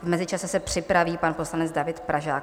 V mezičase se připraví pan poslanec David Pražák.